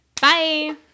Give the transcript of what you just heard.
bye